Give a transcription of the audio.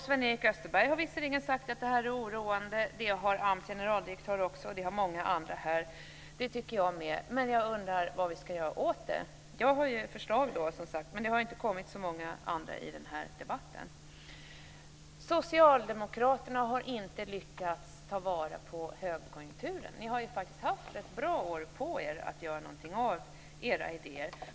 Sven-Erik Österberg har visserligen sagt att det är oroande, och det har AMS generaldirektör och många andra här också sagt. Det tycker jag med. Men jag undrar vad vi ska göra åt det. Jag har förslag, men det har inte kommit fram så många andra i debatten. Socialdemokraterna har inte lyckats ta vara på högkonjunkturen. Ni har faktiskt haft rätt så bra år på er att göra någonting av era idéer.